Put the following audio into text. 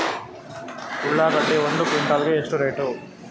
ಉಳ್ಳಾಗಡ್ಡಿ ಒಂದು ಕ್ವಿಂಟಾಲ್ ಗೆ ಎಷ್ಟು ರೇಟು?